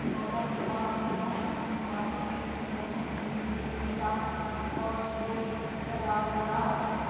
पौधा के पालन पोषण आनुवंशिक किस्म लक्षण जीन पेश के साथ क्रॉसब्रेड करबाल जा हइ